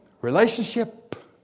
Relationship